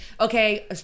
okay